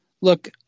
look